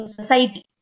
society